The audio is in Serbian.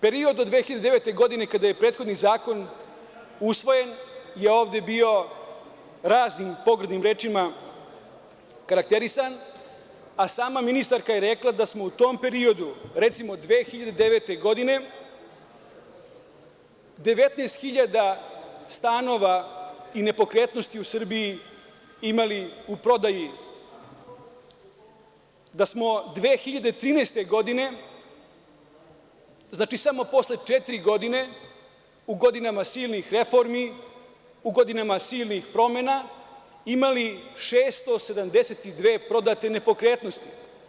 Period od 2009. godine kada je prethodni zakon usvojen je ovde bio raznim pogrdnim rečima karakterisan, a sama ministarka je rekla da smo u tom periodu, recimo od 2009. godine 19.000 stanova i nepokretnosti u Srbiji imali u prodaji, da smo 2013. godine, samo posle četiri godine, u godinama silnih reformi, silnih promena, imali 672 prodate nepokretnosti.